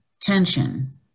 tension